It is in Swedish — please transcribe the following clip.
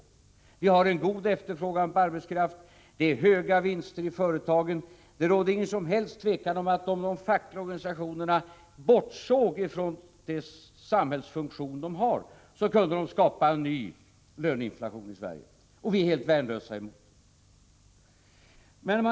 Vi har god efterfrågan på arbetskraft, det är höga vinster i företagen, det råder inget som helst tvivel om, att om de fackliga organisationerna bortsåg från den samhällsfunktion de har, kunde de skapa en ny löneinflation i Sverige. Och vi är helt värnlösa mot detta.